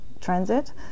transit